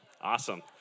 Awesome